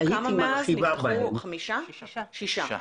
נפתחו שישה.